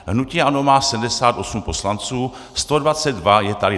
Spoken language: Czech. Hnutí ANO má 78 poslanců, 122 je tady.